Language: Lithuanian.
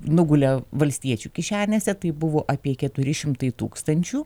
nugulė valstiečių kišenėse tai buvo apie keturi šimtai tūkstančių